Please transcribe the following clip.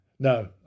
No